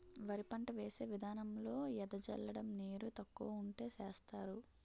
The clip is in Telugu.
వరి పంట వేసే విదానంలో ఎద జల్లడం నీరు తక్కువ వుంటే సేస్తరు